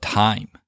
time